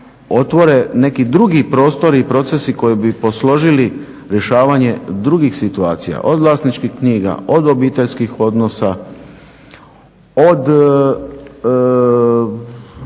otvore neki drugi prostori i procesi koji bi posložili rješavanje drugih situacija, od vlasničkih knjiga, od obiteljskih odnosa, od